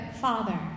Father